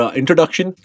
introduction